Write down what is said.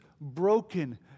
broken